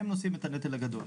הם נושאים את הנטל הגדול.